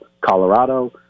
Colorado